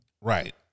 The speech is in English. Right